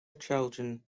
children